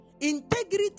Integrity